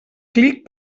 clic